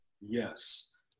yes